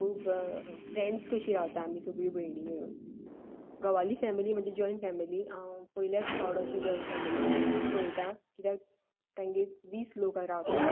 खूब फ्रेंड्स कशीं रावतां आमी सगळ्यो भयणी मेळून घोवाली फेमिली म्हजी जॉयंट फेमिली हांव पयल्याच फावट अशें जॉयट फेमिलीन पळेतां कित्याक तांगेर वीस लोक रावतात